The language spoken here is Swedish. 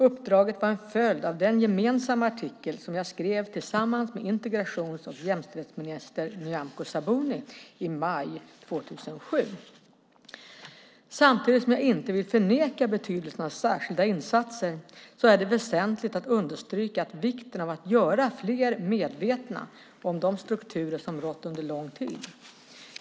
Uppdraget var en följd av den artikel som jag skrev tillsammans med integrations och jämställdhetsminister Nyamko Sabuni i maj 2007. Samtidigt som jag inte vill förneka betydelsen av särskilda insatser är det väsentligt att understryka vikten av att göra fler medvetna om de strukturer som har rått under lång tid.